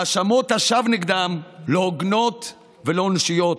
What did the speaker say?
האשמות השווא נגדם לא הוגנות ולא אנושיות.